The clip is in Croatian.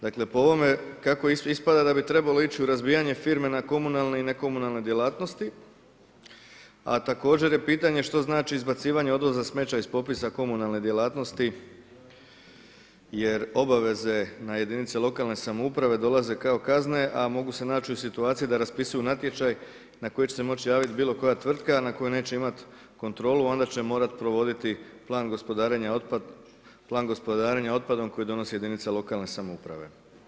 Dakle, po ovome kako ispada, da bi trebalo ići u razbijanje firme na komunalne i ne komunalne djelatnosti, a također je pitanje što znači izbacivanje odvoza smeća iz popisa komunalne djelatnosti, jer obaveze na jedinice lokalne samouprave dolaze kao kazne, a mogu se naći u situaciji da raspisuju natječaj na koji će se moći javiti bilo koja tvrtka, a na kojoj neće imati kontrolu, onda će morati provoditi plan gospodarenje otpadom koji donosi jedinice lokalne samouprave.